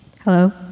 Hello